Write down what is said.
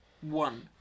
one